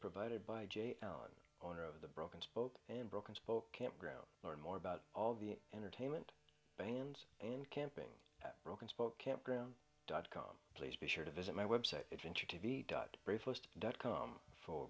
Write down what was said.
provided by j ohn owner of the broken spoke in broken spoke campground learn more about all the entertainment pains and camping broken spoke campground dot com please be sure to visit my website adventure t v dot briefest dot com for